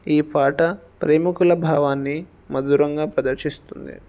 ఈ పాట ప్రేమికుల భావాన్ని మధురంగా ప్రదర్శిస్తుంది